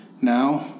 Now